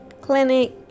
clinic